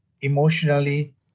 emotionally